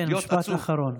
כן, משפט אחרון.